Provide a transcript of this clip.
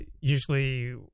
Usually